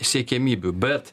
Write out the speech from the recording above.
siekiamybių bet